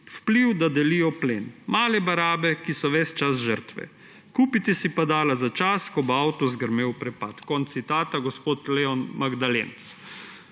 vpliv, da delijo plen. Male barabe, ki so ves čas žrtve. Kupite si padala za čas, ko bo avto zgrmel v prepad.« Konec citata, gospod Leon Magdalenc.